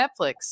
Netflix